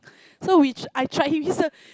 so we I tried him he's a